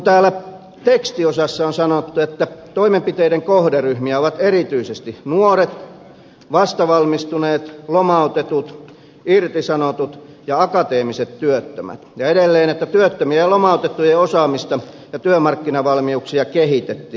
täällä tekstiosassa on sanottu että toimenpiteiden kohderyhmiä olivat erityisesti nuoret vastavalmistuneet lomautetut irtisanotut ja akateemiset työttömät ja edelleen että työttömien ja lomautettujen osaamista ja työmarkkinavalmiuksia kehitettiin